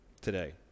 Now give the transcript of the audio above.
today